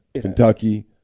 Kentucky